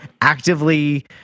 actively